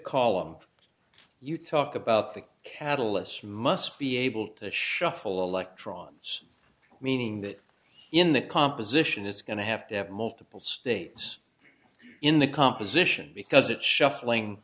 column you talk about the catalysts must be able to shuffle electrons meaning that in the composition it's going to have to have multiple states in the composition because it shuffling